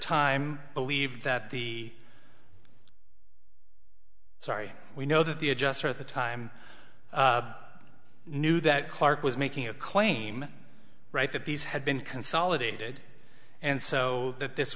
time believed that the sorry we know that the adjuster at the time knew that clark was making a claim right that these had been consolidated and so that this